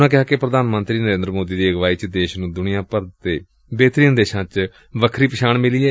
ਉਨ੍ਹਾਂ ਕਿਹਾ ਕਿ ਪ੍ਰਧਾਨ ਮੰਤਰੀ ਨਰਿੰਦਰ ਮੋਦੀ ਦੀ ਅਗਵਾਈ ਵਿੱਚ ਦੇਸ਼ ਨ੍ਹੂੰ ਦੁਨੀਆ ਭਰ ਦੇ ਬਿਹਤਰੀਨ ਦੇਸ਼ਾਂ ਵਿੱਚ ਵੱਖਰੀ ਪਹਿਚਾਣ ਮਿਲੀ ਏ